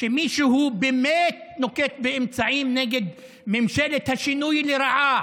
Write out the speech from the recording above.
שמישהו באמת נוקט אמצעים נגד ממשלת השינוי לרעה,